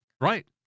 Right